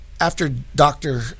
after-doctor